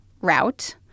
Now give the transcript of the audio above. route